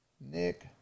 Nick